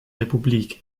republik